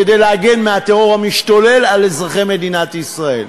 כדי להגן מהטרור המשתולל על אזרחי מדינת ישראל.